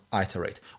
Iterate